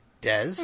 Des